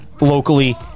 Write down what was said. Locally